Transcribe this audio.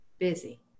busy